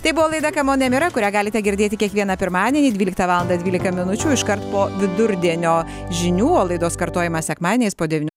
tai buvo laida kamon nemira kurią galite girdėti kiekvieną pirmadienį dvyliktą valandą dvylika minučių iškart po vidurdienio žinių o laidos kartojamas sekmadieniais po devynių